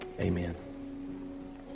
Amen